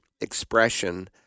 expression